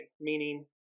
meaning